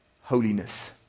holiness